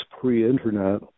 pre-internet